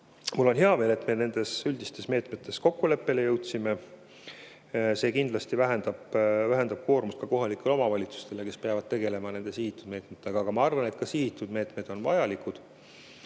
mul on hea meel, et me nendes üldistes meetmetes kokkuleppele jõudsime. See kindlasti vähendab ka kohalike omavalitsuste koormust, kuna nemad peavad tegelema nende sihitud meetmetega. Aga ma arvan, et sihitud meetmed on vajalikud.